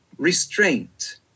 Restraint